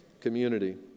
community